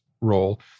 role